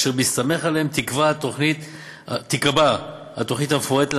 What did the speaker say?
ובהסתמך עליהם תיקבע התוכנית המפורטת למחצבה,